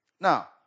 Now